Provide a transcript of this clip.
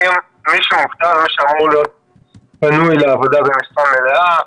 מי שמובטל ומי שאמור להיות פנוי לעבודה במשרה מלאה,